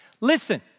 Listen